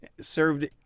served